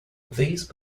these